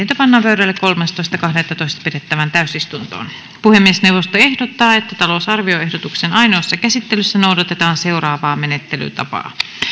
pannaan pöydälle kolmastoista kahdettatoista kaksituhattaseitsemäntoista pidettävään täysistuntoon puhemiesneuvosto ehdottaa että talousarvioehdotuksen ainoassa käsittelyssä noudatetaan seuraavaa menettelytapaa